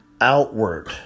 outward